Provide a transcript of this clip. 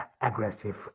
aggressive